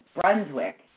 Brunswick